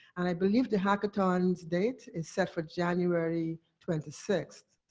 and i believe the hackathon's date is set for january twenty sixth,